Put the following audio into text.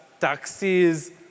taxis